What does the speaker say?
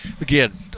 again